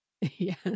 Yes